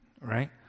Right